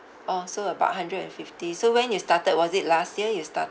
orh so about hundred and fifty so when you started was it last year you star~